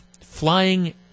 flying